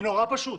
זה נורא פשוט.